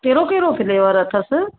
कहिड़ो कहिड़ो फ्लेवर अथसि